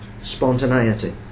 spontaneity